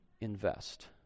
invest